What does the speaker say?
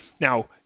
Now